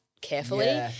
carefully